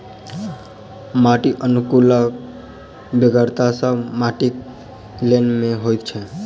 माटि अनुकुलकक बेगरता सभ माटिक लेल नै होइत छै